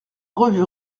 revue